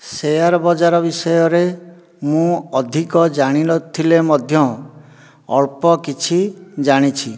share ବଜାର ବିଷୟରେ ମୁଁ ଅଧିକ ଜାଣି ନଥିଲେ ମଧ୍ୟ ଅଳ୍ପ କିଛି ଜାଣିଛି